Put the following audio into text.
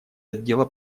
отдела